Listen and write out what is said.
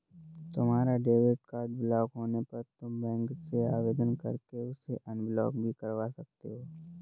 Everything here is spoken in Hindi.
तुम्हारा डेबिट कार्ड ब्लॉक होने पर तुम बैंक से आवेदन करके उसे अनब्लॉक भी करवा सकते हो